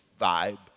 vibe